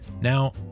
Now